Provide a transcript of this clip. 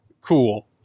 cool